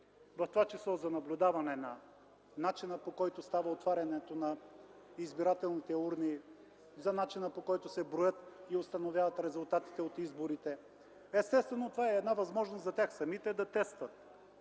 възможност за наблюдаване начина, по който става отварянето на избирателните урни и начина, по който се броят и установяват резултатите от изборите. Естествено това е една възможност за тях самите да тестват